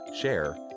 share